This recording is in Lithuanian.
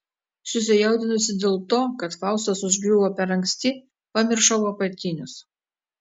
susijaudinusi dėl to kad faustas užgriuvo per anksti pamiršau apatinius